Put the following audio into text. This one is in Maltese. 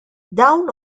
dawn